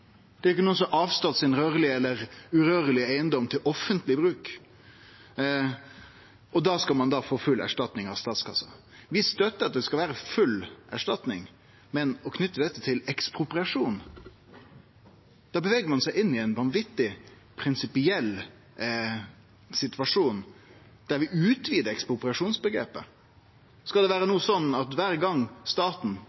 Det er jo ikkje nokon som har avstått sin rørlege eller urørlege eigedom til offentleg bruk – og då skal ein altså få full erstatning av statskassa. Vi støttar at det skal vere full erstatning, men når ein knyter dette til ekspropriasjon, beveger ein seg inn i ein vanvitig, prinsipiell situasjon, der vi utvider ekspropriasjonsomgrepet. Skal det no vere